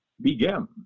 begin